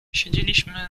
siedzieliśmy